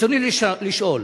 רצוני לשאול: